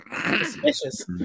suspicious